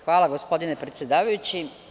Hvala gospodine predsedavajući.